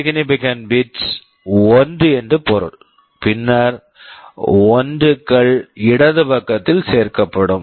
B MSB bit bit 1 என்று பொருள் பின்னர் 1 க்கள் இடது பக்கத்தில் சேர்க்கப்படும்